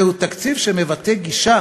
זהו תקציב שמבטא גישה